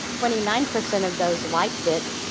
twenty nine percent of those liked it